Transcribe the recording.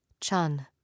Chun